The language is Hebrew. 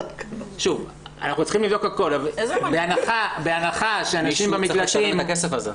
אנחנו צריכים לבדוק הכול --- מישהו צריך לשלם את הכסף הזה.